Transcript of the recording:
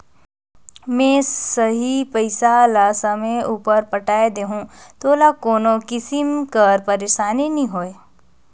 में सही पइसा ल समे उपर पटाए देहूं तोला कोनो किसिम कर पइरसानी नी होए